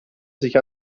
sich